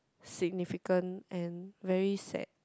significant and very sad